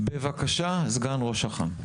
דרך אגב,